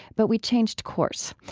but we changed course.